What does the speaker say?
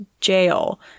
jail